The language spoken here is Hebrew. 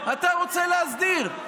אתה רוצה הסדר.